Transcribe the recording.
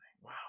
Wow